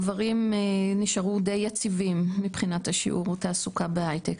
הגברים נשארו די יציבים מבחינת שיעור התעסוקה בהייטק.